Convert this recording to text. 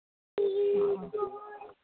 ꯑ ꯑ